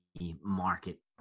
market